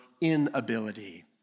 inability